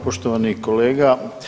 Poštovani kolega.